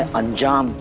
and um